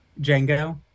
Django